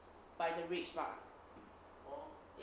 by the rage bar